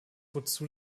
wozu